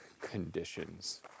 conditions